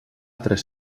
tres